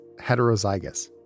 heterozygous